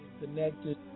connected